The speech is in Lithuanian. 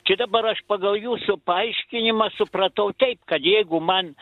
čia dabar aš pagal jūsų paaiškinimą supratau taip kad jeigu man